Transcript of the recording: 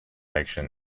action